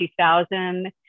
2000